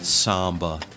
samba